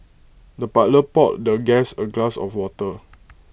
the butler poured the guest A glass of water